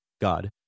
God